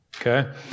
Okay